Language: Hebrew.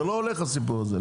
זה לא הולך הסיפור הזה,